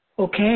Okay